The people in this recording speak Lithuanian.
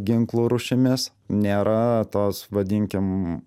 ginklų rūšimis nėra tos vadinkim